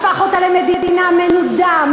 הפך אותה למדינה מנודה,